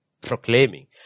proclaiming